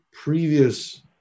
previous